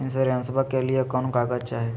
इंसोरेंसबा के लिए कौन कागज चाही?